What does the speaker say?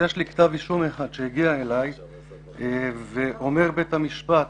יש לי כתב אישום אחד שהגיע אלי ואומר בית המשפט